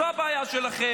זו הבעיה שלכם.